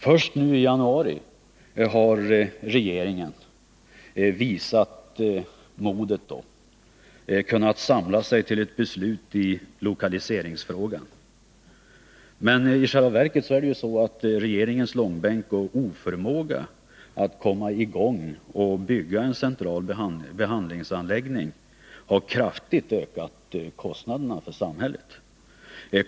Först i januari har regeringen visat modet att samla sig till ett beslut i lokaliseringsfrågan, men i själva verket har regeringens dragande i långbänk och oförmåga att komma i gång med att bygga en central behandlingsanläggning kraftigt ökat kostnaderna för samhället.